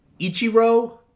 Ichiro